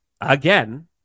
again